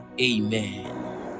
Amen